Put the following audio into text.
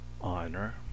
Honor